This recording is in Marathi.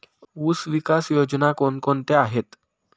ऊसविकास योजना कोण कोणत्या आहेत?